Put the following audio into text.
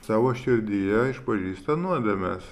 savo širdyje išpažįsta nuodėmes